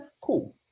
cool